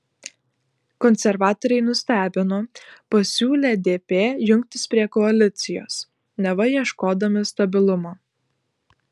konservatoriai nustebino pasiūlę dp jungtis prie koalicijos neva ieškodami stabilumo